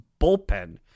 bullpen